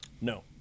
No